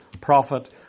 prophet